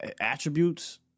attributes